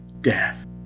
death